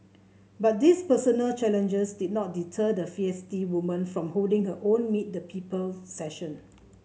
but these personal challenges did not deter the feisty woman from holding her own Meet the People session